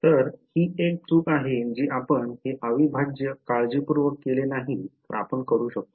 तर ही एक चूक आहे जी आपण हे अविभाज्य काळजीपूर्वक केले नाही तर आपण करू शकता